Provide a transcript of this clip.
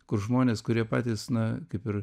kur žmonės kurie patys na kaip ir